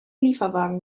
lieferwagen